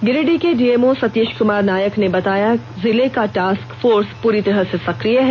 गिरिडीह के डीएमओ सतीश कुमार नायक ने बताया जिला का टास्क फोर्स पूरी तरह से सक्रिय है